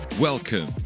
Welcome